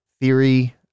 theory